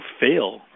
fail